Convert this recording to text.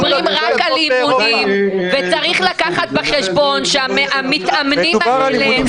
ברגע שתתחיל העונה אפשר יהיה להאריך את הליגה.